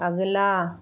अगला